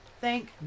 Thank